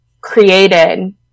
created